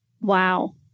Wow